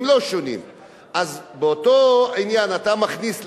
אז באותו עניין אתה מכניס,